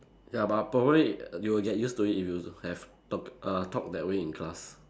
ya but probably you'll get used to it if you have talk err talk that way in class